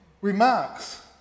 remarks